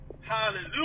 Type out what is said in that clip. Hallelujah